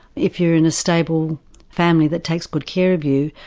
if you're in a stable family that takes good care of you,